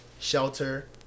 shelter